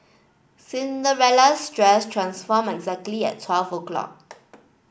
Cinderella's dress transformed exactly at twelve o'clock